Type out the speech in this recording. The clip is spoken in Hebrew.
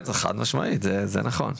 חד משמעית, זה נכון.